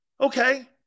okay